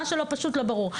מה שלא פשוט, לא ברור.